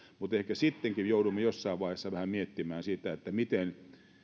mutta ehkä sittenkin joudumme jossain vaiheessa vähän miettimään sitä miten